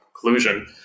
conclusion